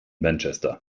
manchester